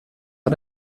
war